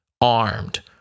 armed